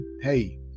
Hey